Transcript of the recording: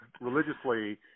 religiously